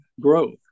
growth